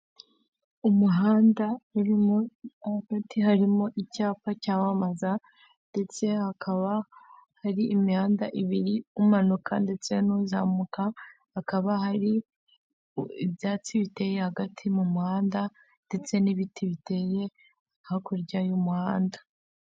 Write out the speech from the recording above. Umuhanda uririmo hagati harimo icyapa cyamamaza ndetse hakaba hari imihanda ibiri umanuka ndetse n'uzamuka hakaba hari ibyatsi biteye hagati mu muhanda ndetse n'ibiti biteye hakurya y'umuhanda.